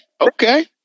okay